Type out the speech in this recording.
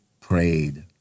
prayed